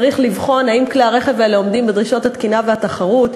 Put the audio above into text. וצריך לבחון אם כלי הרכב האלה עומדים בדרישות התקינה והתחרות,